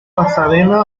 pasadena